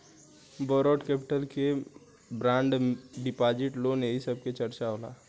borrowed capital के में bond deposit loan एही सब के चर्चा होला